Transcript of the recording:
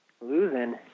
Losing